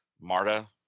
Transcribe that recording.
Marta